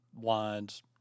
lines